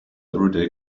everyday